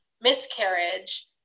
miscarriage